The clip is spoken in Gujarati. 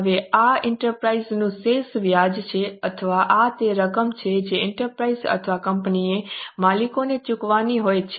હવે આ એન્ટરપ્રાઇઝ નું શેષ વ્યાજ છે અથવા આ તે રકમ છે જે એન્ટરપ્રાઇઝ અથવા કંપનીએ માલિકોને ચૂકવવાની હોય છે